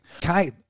Kai